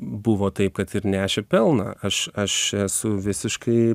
buvo taip kad ir nešė pelną aš aš esu visiškai